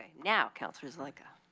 and now councilor zelenka.